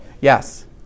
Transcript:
yes